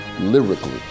lyrically